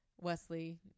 Wesley